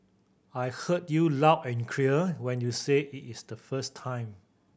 I heard you loud and clear when you said it the first time